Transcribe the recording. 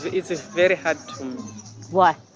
it's it's very hard to why,